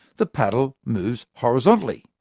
the paddle moves horizontally.